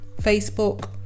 Facebook